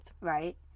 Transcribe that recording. Right